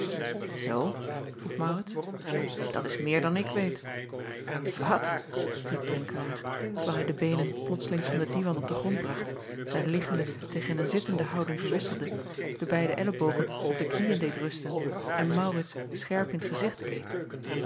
zoo vroeg maurits dat is meer dan ik weet wat riep drenkelaer terwijl hij de beenen plotslings van den divan op den grond bracht zijn liggende tegen een zittende houding verwisselde de beide ellebogen op de knieën deed rusten en maurits scherp in t gezicht keek